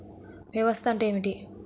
Drainage వ్యవస్థ అంటే ఏమిటి?